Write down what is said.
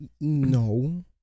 No